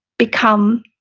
become,